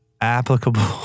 applicable